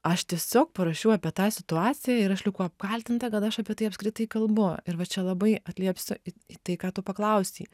aš tiesiog parašiau apie tą situaciją ir aš likau apkaltinta kad aš apie tai apskritai kalbu ir va čia labai atliepsiu į tai ką tu paklausei